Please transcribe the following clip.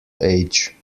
age